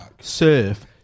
Surf